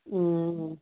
ம்